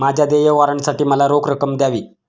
माझ्या देय वॉरंटसाठी मला रोख रक्कम द्यावी